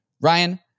Ryan